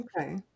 Okay